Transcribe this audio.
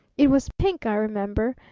it was pink, i remember,